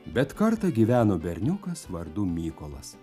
bet kartą gyveno berniukas vardu mykolas